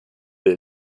der